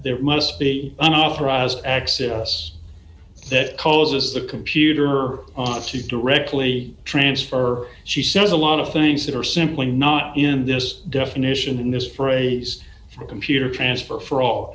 there must be unauthorized access that causes the computer to directly transfer she says a lot of things that are simply not in this definition in this phrase for a computer transfer for all